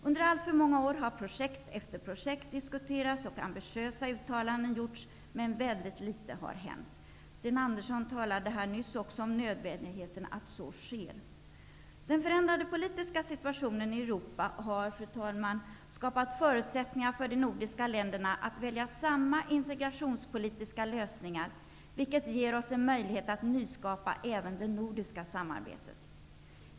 Under alltför många år har projekt efter projekt diskuterats och ambitiösa uttalanden har gjorts, men väldigt litet har hänt. Sten Andersson talade också här nyss om nödvändigheten att så sker. Den förändrade politiska situationen i Europa har, fru talman, skapat förutsättningar för de nordiska länderna att välja samma integrationspolitiska lösningar, vilket ger oss en möjlighet att nyskapa även det nordiska samarbetet.